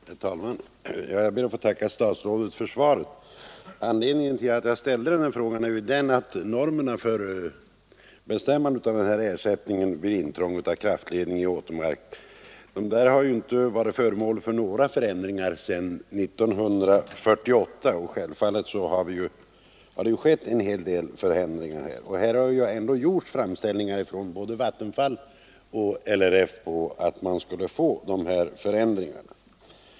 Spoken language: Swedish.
Herr talman! Jag ber att få tacka statsrådet för svaret. Anledningen till att jag ställt denna fråga är att normerna för bestämmande av ersättning vid intrång av kraftledning i åkermark inte varit föremål för några väsentliga ändringar sedan 1948, och självfallet har en hel del hänt sedan dess. Det har ändå gjorts framställningar från både Vattenfall och RLF om ändring av normerna.